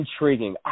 intriguing